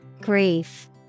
Grief